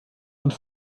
und